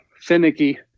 finicky